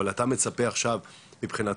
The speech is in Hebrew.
אבל אתה מצפה עכשיו מבחינתך,